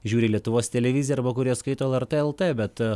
žiūri lietuvos televiziją arba kurie skaito lrtlt bet